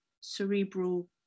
cerebral